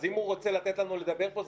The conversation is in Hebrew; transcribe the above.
אז אם הוא רוצה לתת לנו לדבר פה,